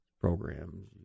programs